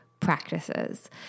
practices